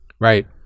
Right